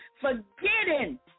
forgetting